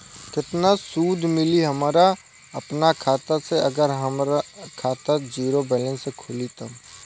केतना सूद मिली हमरा अपना खाता से अगर हमार खाता ज़ीरो बैलेंस से खुली तब?